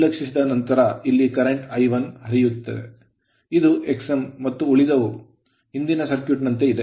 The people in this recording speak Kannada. ನಿರ್ಲಕ್ಷಿಸಿದ ನಂತರ ಇಲ್ಲಿ current ಕರೆಂಟ್ I1 ಇಲ್ಲಿ ಹರಿಯುತ್ತದೆ ಇದು Xm ಮತ್ತು ಉಳಿದವು ಹಿಂದಿನ ಸರ್ಕ್ಯೂಟ್ ನಂತೆ ಇದೆ